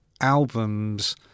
albums